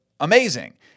Amazing